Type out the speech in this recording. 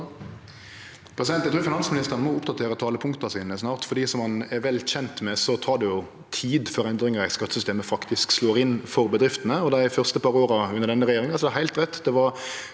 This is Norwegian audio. Eg trur finans- ministeren må oppdatere talepunkta sine snart, for som han er vel kjent med, tek det tid før endringar i skattesystemet faktisk slår inn for bedriftene. Dei første par åra under denne regjeringa er det heilt rett